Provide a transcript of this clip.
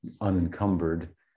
unencumbered